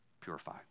purify